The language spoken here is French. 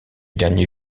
dernier